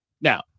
Now